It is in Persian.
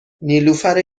نیلوفر